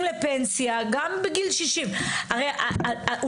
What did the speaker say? לפנסיה גם בגיל 60. גם בהם צריך להתחשב.